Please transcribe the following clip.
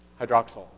hydroxyl